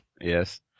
Yes